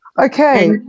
Okay